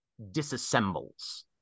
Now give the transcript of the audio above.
disassembles